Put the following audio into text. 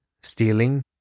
stealing